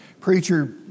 preacher